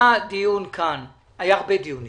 היה כאן דיון - היו הרבה דיונים